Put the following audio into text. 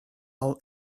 all